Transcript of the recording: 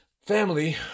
family